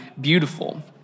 beautiful